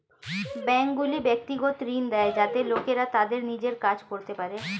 ব্যাঙ্কগুলি ব্যক্তিগত ঋণ দেয় যাতে লোকেরা তাদের নিজের কাজ করতে পারে